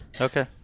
Okay